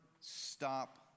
stop